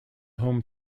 home